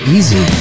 Easy